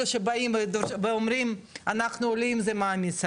שבא ואומרים אנחנו עולים זה מעמיס עליהם,